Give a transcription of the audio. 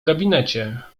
gabinecie